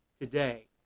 today